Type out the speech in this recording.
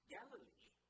Galilee